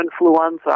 influenza